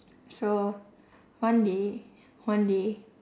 so one day one day